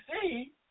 see